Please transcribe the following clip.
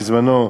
בזמנו.